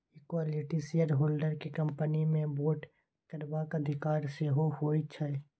equity shareholders केँ company मे vote करबाक अधिकार सेहो होइ छै